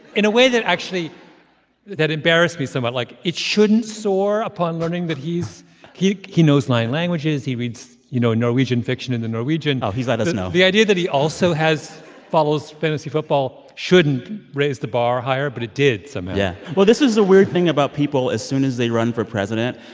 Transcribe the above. in a way that actually that embarrassed me somewhat. like, it shouldn't soar upon learning that he's he he knows nine languages, he reads, you know, norwegian fiction in the norwegian oh, he's let us know the idea that he also has follows fantasy football shouldn't raise the bar higher, but it did somehow yeah. well, this is the weird thing about people as soon as they run for president.